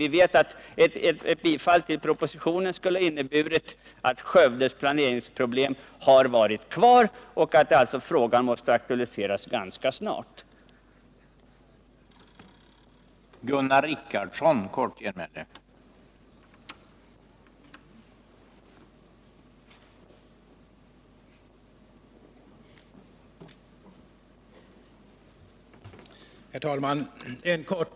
Vi vet att ett bifall till proposit:anen skulle ha inneburit att Skövdes planeringsproblem hade kvarstått oci: alltså hade måst aktualiseras ganska snart igen.